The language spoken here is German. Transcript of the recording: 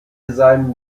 seinem